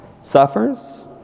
suffers